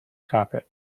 carpet